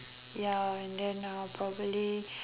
ya and then uh probably